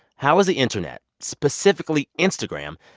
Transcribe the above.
how has the internet, specifically instagram,